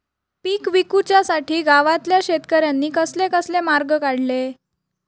पीक विकुच्यासाठी गावातल्या शेतकऱ्यांनी कसले कसले मार्ग काढले?